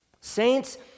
Saints